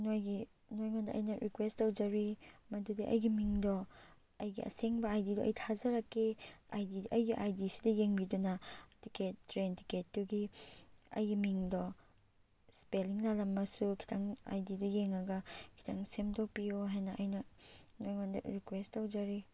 ꯅꯣꯏꯒꯤ ꯅꯣꯏꯉꯣꯟꯗ ꯑꯩꯅ ꯔꯤꯀ꯭ꯋꯦꯁ ꯇꯧꯖꯔꯤ ꯃꯗꯨꯗꯤ ꯑꯩꯒꯤ ꯃꯤꯡꯗꯣ ꯑꯩꯒꯤ ꯑꯁꯦꯡꯕ ꯑꯥꯏ ꯗꯤꯗꯣ ꯑꯩ ꯊꯥꯖꯔꯛꯀꯦ ꯑꯩꯒꯤ ꯑꯥꯏ ꯗꯤꯁꯤꯗ ꯌꯦꯡꯕꯤꯗꯨꯅ ꯇꯤꯛꯀꯦꯠ ꯇ꯭ꯔꯦꯟ ꯇꯤꯛꯀꯦꯠꯇꯨꯒꯤ ꯑꯩꯒꯤ ꯃꯤꯡꯗꯣ ꯏꯁꯄꯦꯜꯂꯤꯡ ꯂꯥꯜꯂꯝꯃꯁꯨ ꯈꯤꯇꯪ ꯑꯥꯏ ꯗꯤꯗꯣ ꯌꯦꯡꯉꯒ ꯈꯤꯇꯪ ꯁꯦꯝꯗꯣꯛꯄꯤꯌꯣ ꯍꯥꯏꯅ ꯑꯩꯅ ꯅꯣꯏꯉꯣꯟꯗ ꯔꯤꯀ꯭ꯋꯦꯁ ꯇꯧꯖꯔꯤ